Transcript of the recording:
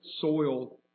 soil